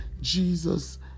Jesus